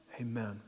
Amen